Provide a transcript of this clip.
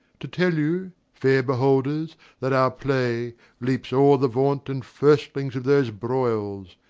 to tell you, fair beholders, that our play leaps o'er the vaunt and firstlings of those broils,